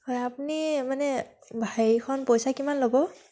হয় আপুনি মানে হেৰিখন পইচা কিমান ল'ব